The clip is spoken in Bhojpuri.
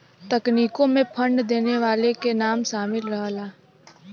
तकनीकों मे फंड देवे वाले के नाम सामिल रहला